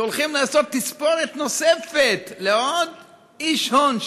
הולכים לעשות "תספורת" נוספת לעוד איש הון,